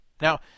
Now